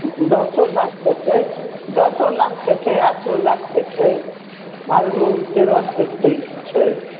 दशो लाखके छै दशो लाखके छै आठो लाखके छै बारहो तेरहके से छै